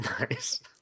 Nice